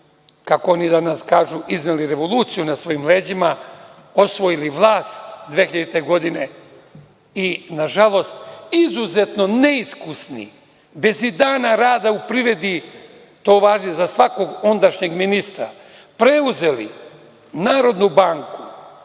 kako oni danas kažu, izneli revoluciju na svojim leđima, osvojili vlast 2000. godine i, nažalost, izuzetno neiskusni, bez i dana rada u privredi, to važi za svakog ondašnjeg ministra, preuzeli Narodnu banku,